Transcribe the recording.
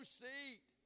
seat